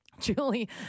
Julie